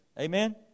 Amen